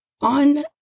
on